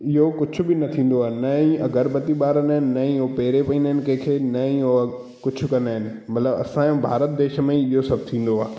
इहो कुझु बि न थींदो आहे न ई अगरबत्ती ॿारींदा आहिनि न ई पेरे पवंदा आहिनि कंहिंखे न ई हू कुझु कंदा आहिनि मतिलबु असांजो भारत देश में इहो सभु थींदो आहे